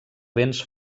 vents